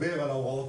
הוועדה?